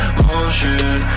motion